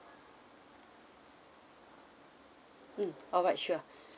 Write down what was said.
mm alright sure